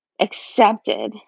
accepted